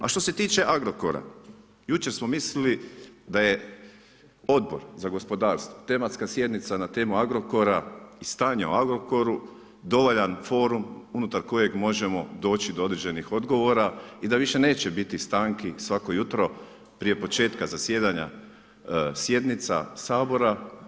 A što se tiče Agrokora, jučer smo mislili da je Odbor za gospodarstvo, tematska sjednica, na temu Agrokora i stanje u Agrokoru, dovoljan formom unutar kojeg možemo doći do određenih odgovora i da više neće biti stanki svako jutro prije početka zasjedanja sjednica Sabora.